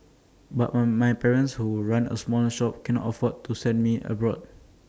but one my parents who run A small shop can afford to send me abroad